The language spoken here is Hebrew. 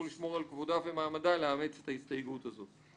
לשמור על כבודה ומעמדה לאמץ את ההסתייגות הזו.